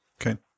Okay